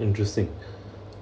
interesting